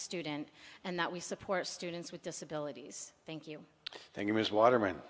student and that we support students with disabilities thank you thank you ms waterm